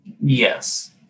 Yes